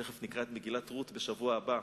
תיכף נקרא את מגילת רות, בשבוע הבא,